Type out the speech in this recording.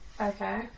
Okay